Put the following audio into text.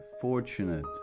fortunate